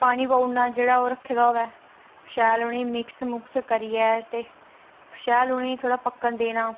पानी पाई ओड़ना जेहड़ा ओह् रक्खे दा होऐ शैल उ'नें गी मिक्स मुक्स करियै शैल उ'नें गी थोह्ड़ा पक्कन देना